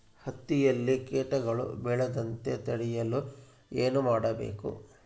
ಹತ್ತಿಯಲ್ಲಿ ಕೇಟಗಳು ಬೇಳದಂತೆ ತಡೆಯಲು ಏನು ಮಾಡಬೇಕು?